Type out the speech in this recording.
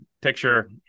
picture